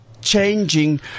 changing